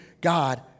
God